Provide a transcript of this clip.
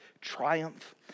triumph